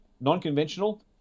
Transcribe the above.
non-conventional